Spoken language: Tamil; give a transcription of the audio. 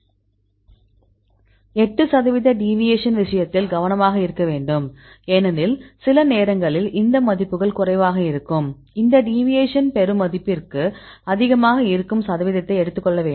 8 சதவீத டீவியேஷன் விஷயத்தில் கவனமாக இருக்க வேண்டும் ஏனெனில் சில நேரங்களில் இந்த மதிப்புகள் குறைவாக இருக்கும் இந்த டீவியேஷன் பெறும் மதிப்பிற்கு அதிகமாக இருக்கும் சதவீதத்தை எடுத்துக் கொள்ள வேண்டும்